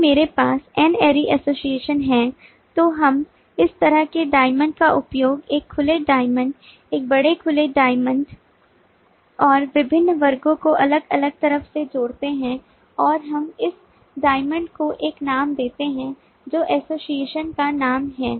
यदि मेरे पास N ary एसोसिएशन है तो हम इस तरह के diamond का उपयोग एक खुले diamond एक बड़े खुले diamond और विभिन्न वर्गों को अलग अलग तरफ से जोड़ते हैं और हम इस diamond को एक नाम देते हैं जो एसोसिएशन का नाम है